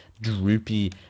droopy